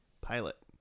Pilot